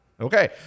Okay